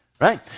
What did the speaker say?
right